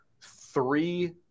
three